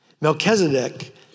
Melchizedek